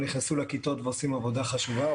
נכנסו לכיתות ועושים עבודה חשובה,